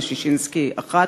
בוועדת ששינסקי הראשונה.